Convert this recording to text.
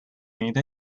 made